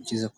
Aha haramamazwa